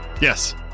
Yes